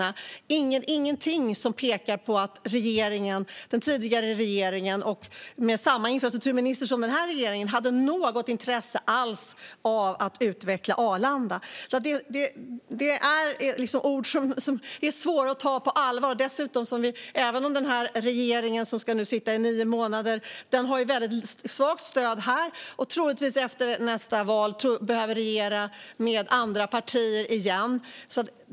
Det finns ingenting som pekar på att den tidigare regeringen, med samma infrastrukturminister som den här regeringen, hade något intresse alls av att utveckla Arlanda. Det är ord som är svåra att ta på allvar. Regeringen ska nu sitta i nio månader. Den har väldigt svagt stöd här i riksdagen. Den behöver troligtvis efter nästa val regera med andra partier igen.